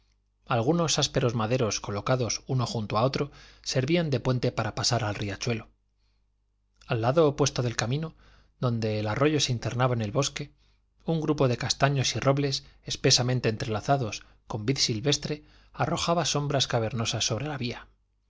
algunos ásperos maderos colocados uno junto a otro servían de puente para pasar al riachuelo al lado opuesto del camino donde el arroyo se internaba en el bosque un grupo de castaños y robles espesamente entrelazados con vid silvestre arrojaba sombras cavernosas sobre la vía